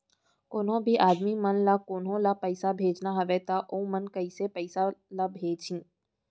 कोन्हों भी आदमी मन ला कोनो ला पइसा भेजना हवय त उ मन ह कइसे पइसा ला भेजही?